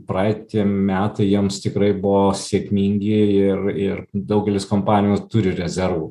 praeiti metai jiems tikrai buvo sėkmingi ir ir daugelis kompanijų turi rezervų